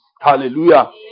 Hallelujah